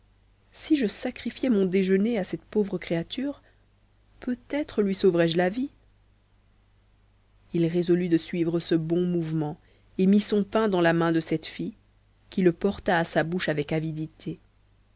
si je sacrifiais mon déjeuner à cette pauvre créature peut-être lui sauverais je la vie il résolut de suivre ce bon mouvement et mit son pain dans la main de cette fille qui le porta à sa bouche avec avidité